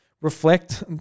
reflect